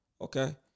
okay